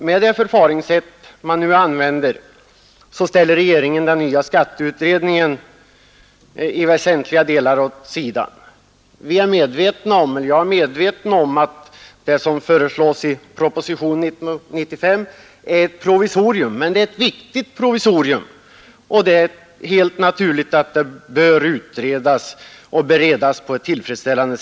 Med det förfaringssätt som man nu tillämpar ställer regeringen den nya skatteutredningen åt sidan i väsentliga delar. Jag är medveten om att det som föreslås i propositionen 95 är ett provisorium. Men det är ett viktigt provisorium och det bör därför utredas och beredas tillfredsställande.